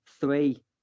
three